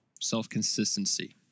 Self-consistency